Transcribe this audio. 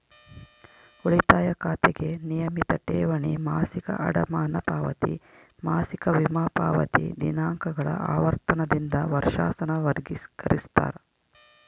ಉಳಿತಾಯ ಖಾತೆಗೆ ನಿಯಮಿತ ಠೇವಣಿ, ಮಾಸಿಕ ಅಡಮಾನ ಪಾವತಿ, ಮಾಸಿಕ ವಿಮಾ ಪಾವತಿ ದಿನಾಂಕಗಳ ಆವರ್ತನದಿಂದ ವರ್ಷಾಸನ ವರ್ಗಿಕರಿಸ್ತಾರ